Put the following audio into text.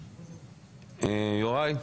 יוראי,